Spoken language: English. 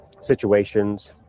situations